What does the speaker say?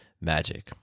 magic